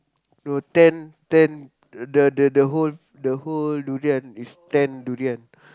no ten ten the the the whole the whole durian is ten durian